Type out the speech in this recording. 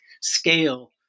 scale